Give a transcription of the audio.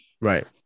Right